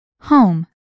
Home